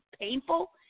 painful